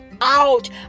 out